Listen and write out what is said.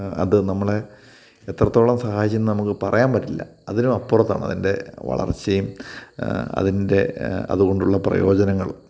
അത് നമ്മളെ എത്രത്തോളം സഹായിച്ചെന്ന് നമുക്ക് പറയാന് പറ്റില്ല അതിനും അപ്പുറത്താണ് അതിന്റെ വളര്ച്ചയും അതിന്റെ അതുകൊണ്ടുള്ള പ്രയോജനങ്ങളും